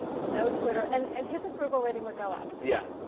no twitter. and and his approval rating would go up. yeah.